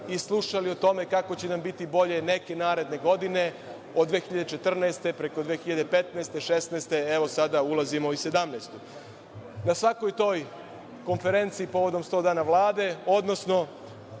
i slušali o tome kako će nam biti bolje neke naredne godine od 2014, preko 2015, 2016, a evo sada ulazimo i u 2017. godinu. Na svakoj toj konferenciji povodom sto dana Vlade, odnosno